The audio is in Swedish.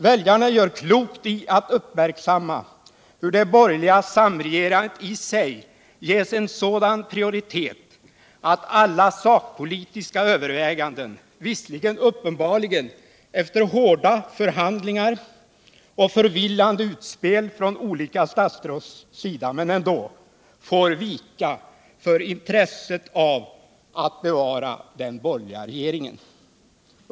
Väljarna gör klokt i att uppmärksamma hur det borgerliga samregerandet i sig ges en sådan prioritet att alla sakpolitiska överväganden, visserligen uppenbarligen efter hårda förhandlingar och förvillande utspel från olika statsråds sida, men ändå, får vika för intresset av att bevara den borgerliga regeringen.